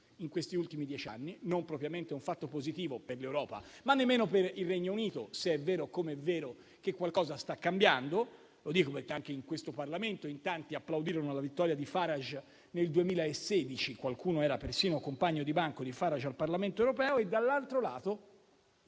in questi ultimi dieci anni. Il primo è la Brexit: non propriamente un fatto positivo per l'Europa, ma nemmeno per il Regno Unito, se è vero - com'è vero - che qualcosa sta cambiando. Lo dico perché anche in questo Parlamento in tanti applaudirono la vittoria di Farage nel 2016; qualcuno era persino compagno di banco di Farage al Parlamento Europeo. Dall'altro lato